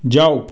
ਜਾਉ